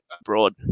abroad